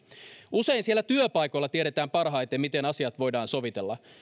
usein siellä työpaikoilla tiedetään parhaiten miten asiat voidaan sovitella